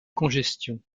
congestion